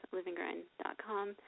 LivingGrind.com